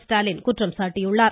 ஸ்டாலின் குற்றம் சாட்டியுள்ளார்